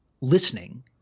Listening